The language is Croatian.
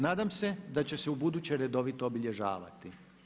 Nadam se da će se ubuduće redovito obilježavati.